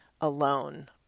alone